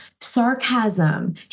sarcasm